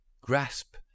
grasp